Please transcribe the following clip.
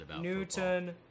Newton